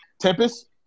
Tempest